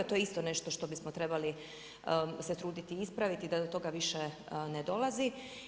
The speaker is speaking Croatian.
To je isto nešto što bismo trebali se truditi ispraviti da do toga više ne dolazi.